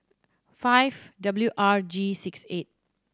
five W R G six eight